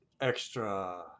Extra